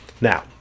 Now